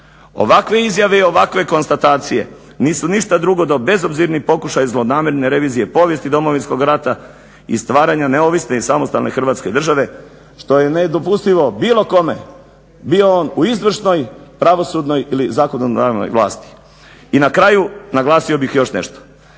Ovakve izjave i ovakve konstatacije nisu ništa drugo do bezobzirni pokušaj zlonamjerne revizije povijesti Domovinskog rata i stvaranja neovisne i samostalne Hrvatske što je nedopustivo bilo kome bio on u izvršnoj, pravosudnoj ili zakonodavnoj vlasti. I na kraju naglasio bih još nešto,